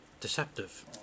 deceptive